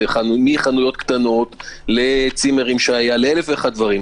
מחנויות קטנות לצימרים ואלף דברים.